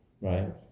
Right